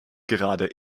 gerade